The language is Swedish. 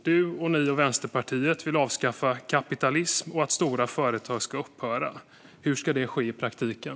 Ni i Vänsterpartiet vill avskaffa kapitalism och vill även att stora företag ska upphöra. Hur ska det ske i praktiken?